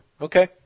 Okay